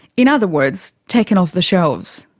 in other words, taken off the shelves.